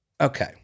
okay